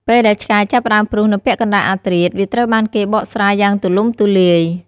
ពេលដែលឆ្កែចាប់ផ្តើមព្រុសនៅពាក់កណ្តាលអធ្រាត្រ វាត្រូវបានគេបកស្រាយយ៉ាងទូលំទូលាយ។